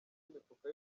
imifuka